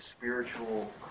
spiritual